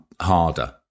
harder